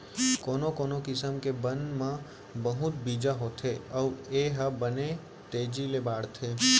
कोनो कोनो किसम के बन म बहुत बीजा होथे अउ ए ह बने तेजी ले बाढ़थे